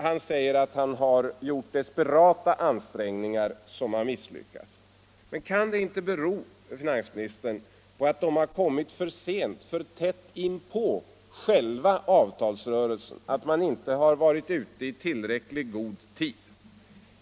Han säger att han har gjort desperata ansträngningar som har misslyckats. Men kan det inte bero, herr finansminister, på att de kommit för sent och för tätt inpå själva avtalsrörelsen, på att man inte har varit ute i tillräckligt god tid?